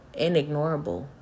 inignorable